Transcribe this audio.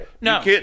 No